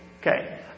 Okay